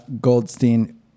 Goldstein